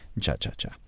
Cha-cha-cha